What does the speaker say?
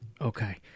Okay